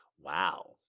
Wow